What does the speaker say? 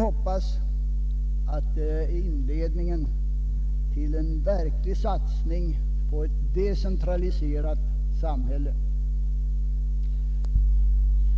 Vi hoppas att det blir inledningen till en verklig satsning på ett decentraliserat samhälle.